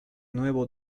nuevo